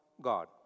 God